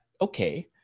okay